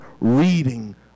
reading